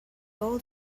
old